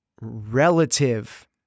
relative